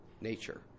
nature